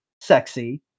sexy